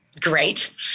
great